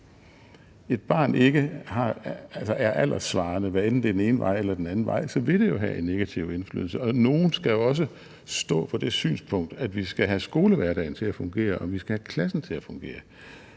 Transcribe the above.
et barn ikke er alderssvarende, hvad enten det er den ene eller den anden vej, så vil det jo have en negativ indflydelse. Nogle skal jo også stå for det synspunkt, at vi skal have skolehverdagen til at fungere, og at vi skal have klassen til at fungere.